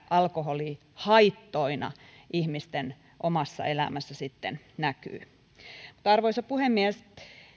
alkoholi haittoina ihmisten omassa elämässä sitten näkyy mutta arvoisa puhemies